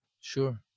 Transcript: Sure